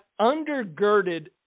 undergirded